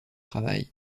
travail